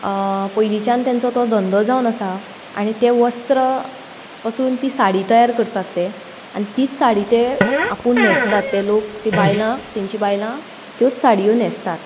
पयलींच्यान तेंचो तो धंदो जावन आसा आनी तें वस्त्र पसून ती साडी तयार करतात ते आनी तीच साडी ते आपूण न्हेसतात ते लोक तीं बायलां तेंचीं बायलां त्योच साड्यो न्हेसतात